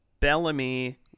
Bellamy